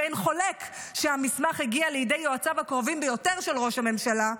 ואין חולק שהמסמך הגיע לידי יועציו הקרובים ביותר של ראש הממשלה,